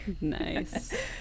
Nice